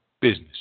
business